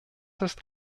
ist